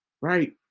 Right